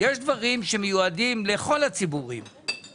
יש דברים שמיועדים לכל הציבורים,